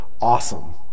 Awesome